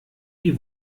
die